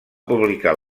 publicar